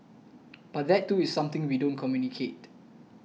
but that too is something we don't communicate